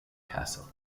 castle